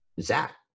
Zach